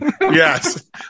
Yes